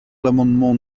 l’amendement